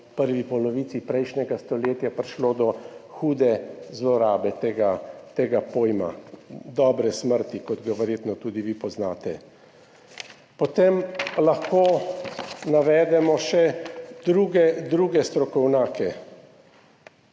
v prvi polovici prejšnjega stoletja prišlo do hude zlorabe tega, tega pojma dobre smrti, kot ga verjetno tudi vi poznate. Potem lahko navedemo še druge strokovnjake.